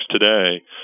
today